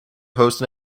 host